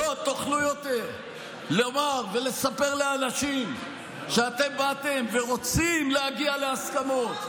לא תוכלו יותר לומר ולספר לאנשים שאתם באתם ורוצים להגיע להסכמות.